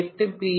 8 B